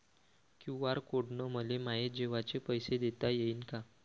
QR code न मले माये जेवाचे पैसे देता येईन का?